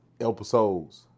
episodes